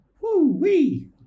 Woo-wee